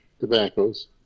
tobaccos